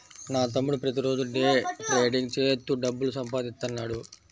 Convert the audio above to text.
నా తమ్ముడు ప్రతిరోజూ డే ట్రేడింగ్ చేత్తూ డబ్బులు సంపాదిత్తన్నాడు